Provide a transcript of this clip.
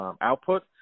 output